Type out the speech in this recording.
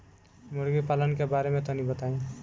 मुर्गी पालन के बारे में तनी बताई?